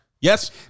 Yes